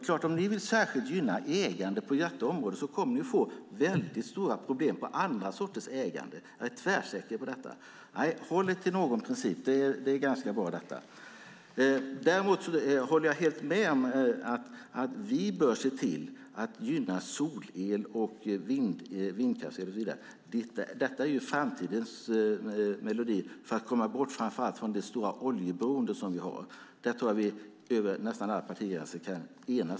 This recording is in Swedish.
Vill ni särskilt gynna ägande på detta område kommer ni att få stora problem med andra sorters ägande; jag är tvärsäker på det. Håll er till någon princip! Jag håller med om att vi bör se till att gynna solel och vindkraft. Det är framtidens melodi för att komma bort från det stora oljeberoende som vi har. Här kan vi enas över alla partigränser.